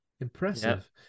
Impressive